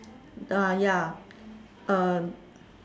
ah ya uh